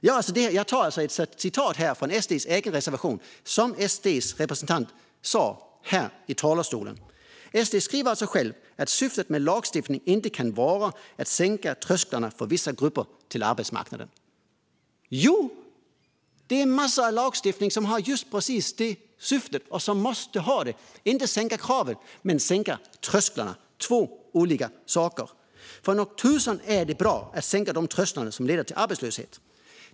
Jag tar ett citat från SD:s egen reservation, som SD:s representant tog upp här i talarstolen. Så här skriver man: "Syftet med en ny lagstiftning kan inte vara att sänka trösklar för att underlätta för vissa grupper." Jo, det är en massa lagstiftning som har just precis detta som syfte och måste ha det. Det handlar inte om att sänka kraven men att sänka trösklarna. Det är två olika saker. Nog tusan är det bra att sänka de trösklar som leder till arbetslöshet!